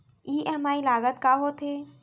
EMI लागत का होथे?